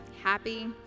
happy